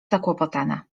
zakłopotana